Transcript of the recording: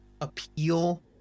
appeal